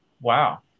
Wow